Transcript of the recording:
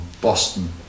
Boston